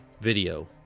video